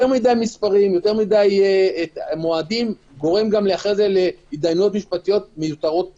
יותר מדי מספרים ומועדים גורם להידיינויות משפטיות מיותרות.